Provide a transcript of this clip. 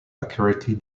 accurately